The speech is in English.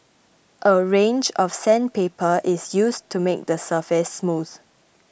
a range of sandpaper is used to make the surface smooth